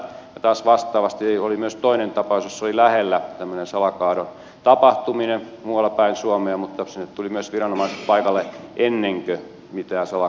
ja taas vastaavasti oli myös toinen tapaus jossa oli lähellä tämmöinen salakaadon tapahtuminen muualla päin suomea mutta sinne tulivat myös viranomaiset paikalle ennen kuin mitään salakaatoja oli tehty